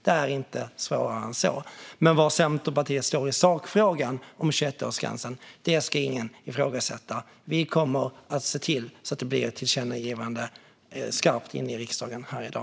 Det är inte svårare än så. Men var Centerpartiet står i sakfrågan om 21-årsgränsen ska ingen ifrågasätta. Vi kommer att se till att det blir ett skarpt tillkännagivande från riksdagen i dag.